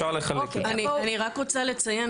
אני רק רוצה לציין